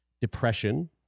depression